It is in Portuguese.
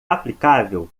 aplicável